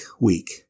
week